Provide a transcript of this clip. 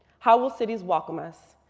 how will cities welcome us.